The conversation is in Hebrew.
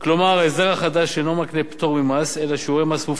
ההסדר החדש אינו מקנה פטור ממס אלא שיעורי מס מופחתים,